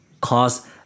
cause